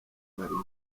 mariya